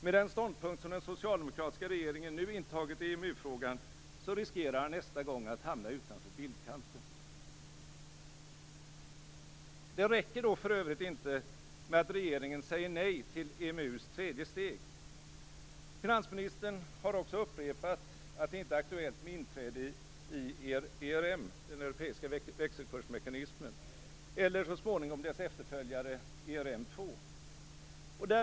Med den ståndpunkt som den socialdemokratiska regeringen nu har intagit i EMU-frågan riskerar han nästa gång att hamna utanför bildkanten. Det räcker inte med att regeringen säger nej till EMU:s tredje steg. Finansministern har också upprepat att det inte är aktuellt med inträde i ERM, den europeiska växelkursmekanismen, eller så småningom dess efterföljare ERM 2.